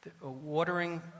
Watering